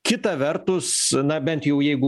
kita vertus na bent jau jeigu